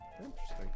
interesting